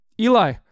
eli